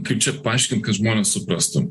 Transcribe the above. kaip čia paaiškint kad žmonės suprastų